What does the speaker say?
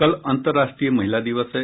कल अंतर्राष्ट्रीय महिला दिवस है